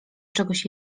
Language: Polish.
czegoś